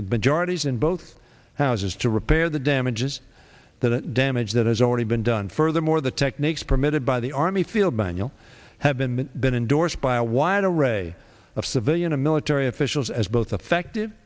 majorities in both houses to repair the damages the damage that has already been done furthermore the techniques permitted by the army field manual have been been endorsed by a wide array of civilian and military officials as both affect